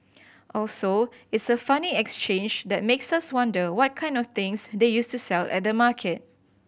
also it's a funny exchange that makes us wonder what kind of things they used to sell at the market